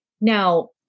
Now